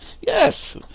Yes